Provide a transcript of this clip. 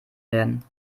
werden